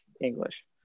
English